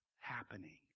happening